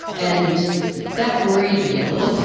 and that worried me a little bit,